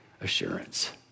assurance